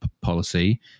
policy